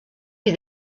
you